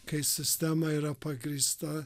kai sistema yra pagrįsta